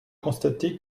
constater